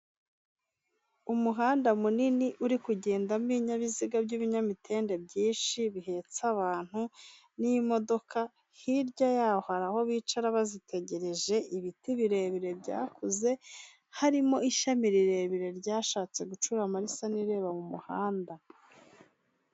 Umuhanda munini uri kugendamo ibinyabiziga by'ibinyamitende byinshi bihetse abantu n'imodoka, hirya yaho hari aho bicara bazitegereje, ibiti birebire byakuze, harimo ishami rirerire ryashatse gucurama risa n'irireba mu muhanda.